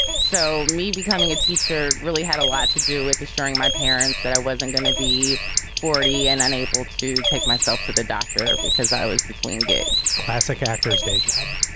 so me becoming a teacher really had a lot to do with sharing my parents that i wasn't going to be forty and unable to take myself to the doctor because i was between gigs classic actor's day job.